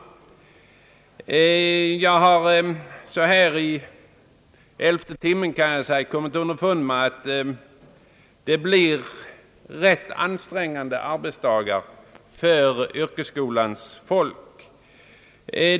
Jag har, så här i elfte timmen kan jag säga, kommit underfund med att det blir rätt ansträngande arbetsdagar för yrkesskolans folk.